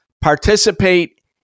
participate